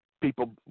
people